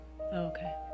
okay